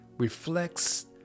Reflects